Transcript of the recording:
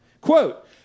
Quote